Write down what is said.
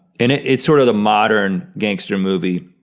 and it's sort of the modern gangster movie,